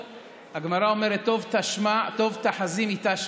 הגמרא אומרת: טוב תא חזי מתא שמע,